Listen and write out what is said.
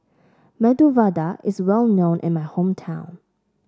Medu Vada is well known in my hometown